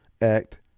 Act